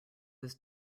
was